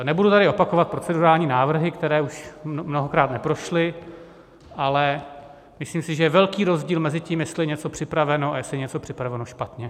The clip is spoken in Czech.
Nebudu tady opakovat procedurální návrhy, které už mnohokrát neprošly, ale myslím si, že je velký rozdíl mezi tím, jestli je něco připraveno, a jestli je něco připraveno špatně.